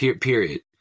Period